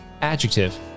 Adjective